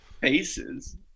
faces